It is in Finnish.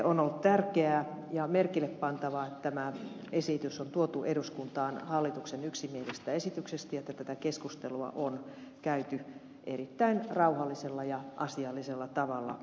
on ollut tärkeää ja merkillepantavaa että tämä esitys on tuotu eduskuntaan hallituksen yksimielisestä esityksestä ja että tätä keskustelua on käyty erittäin rauhallisella ja asiallisella tavalla